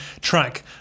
track